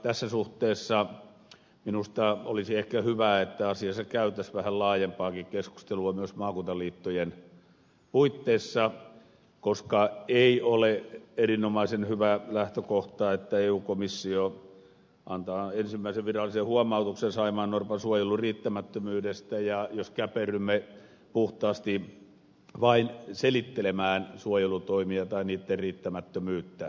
tässä suhteessa minusta olisi ehkä hyvä että asiasta käytäisiin vähän laajempaakin keskustelua myös maakuntaliittojen puitteissa koska ei ole erinomaisen hyvä lähtökohta että eu komissio antaa ensimmäisen virallisen huomautuksen saimaannorpan suojelun riittämättömyydestä jos käperrymme puhtaasti vain selittelemään suojelutoimia tai niitten riittämättömyyttä